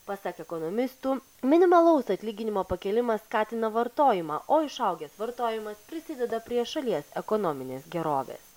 pasak ekonomistų minimalaus atlyginimo pakėlimas skatina vartojimą o išaugęs vartojimas prisideda prie šalies ekonominės gerovės